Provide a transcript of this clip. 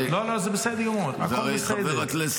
זה בסדר גמור, הכול בסדר.